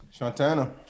Shantana